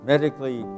Medically